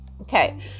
Okay